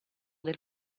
del